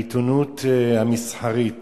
העיתונות המסחרית